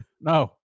no